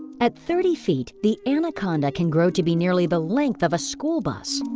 at thirty feet, the anaconda can grow to be nearly the length of a school bus.